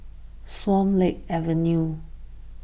Swan Lake Avenue